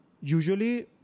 usually